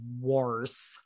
worse